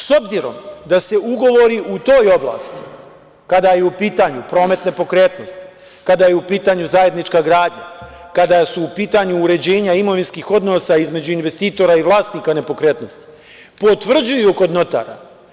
S obzirom da se ugovori u toj oblasti, kada je u pitanju promet nepokretnosti, kada je u pitanju zajednička gradnja, kada su u pitanju uređenja imovinskih odnosa između investitora i vlasnika nepokretnosti, potvrđuju kod notara.